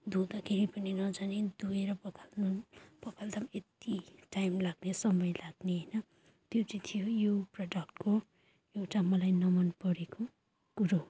धुँदाखेरि पनि नजाने धोएर पखाल्नु पखाल्दा पनि यति टाइम लाग्ने समय लाग्ने होइन त्यो चाहिँ थियो यो प्रडक्टको एउटा मलाई नमनपरेको कुरो